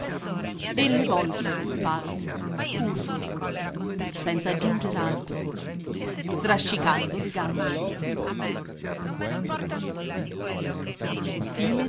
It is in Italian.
vuoi e le volse le spalle curvo senza aggiunger altro strascicando le gambe